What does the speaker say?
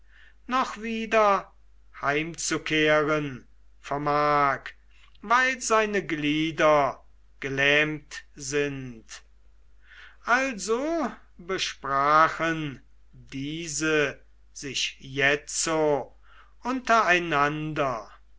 noch wieder heimzukehren vermag weil seine glieder gelähmt sind also besprachen diese sich jetzo